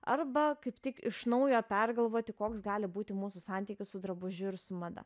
arba kaip tik iš naujo pergalvoti koks gali būti mūsų santykis su drabužiu ir su mada